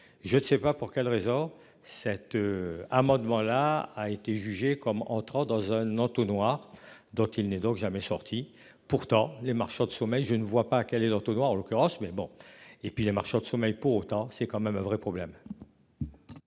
je ne sais pas pour quelle raison cet. Amendement-là a été jugé comme entrant dans un entonnoir dont il n'est donc jamais sorti. Pourtant, les marchands de sommeil je ne vois pas quel est leur tout noir en l'occurrence mais bon et puis les marchands de sommeil. Pour autant, c'est quand même un vrai problème.